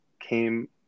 came